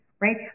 Right